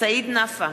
סעיד נפאע,